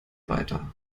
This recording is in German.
weiter